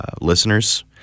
listeners